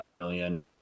million